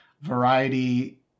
variety